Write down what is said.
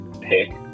pick